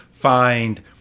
find